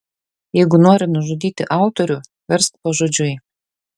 jeigu nori nužudyti autorių versk pažodžiui